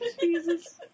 Jesus